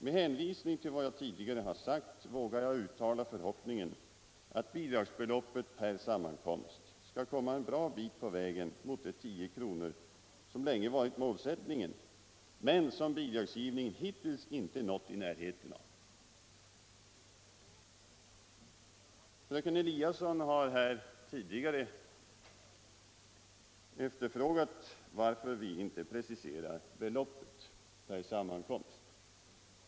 Med hänvisning till vad jag tidigare har sagt vågar jag uttala förhoppningen att bidragsbeloppet per sammankomst skall komma en bra bit på vägen mot de 10 kr. som länge varit målsättningen, men som bidragsgivningen hittills inte nått i närheten av. Fröken Eliasson har tidigare efterfrågat varför vi inte preciserar beloppet per sammankomst.